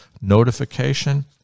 notification